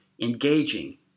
engaging